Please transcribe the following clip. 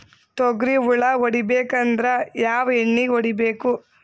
ತೊಗ್ರಿ ಹುಳ ಹೊಡಿಬೇಕಂದ್ರ ಯಾವ್ ಎಣ್ಣಿ ಹೊಡಿಬೇಕು?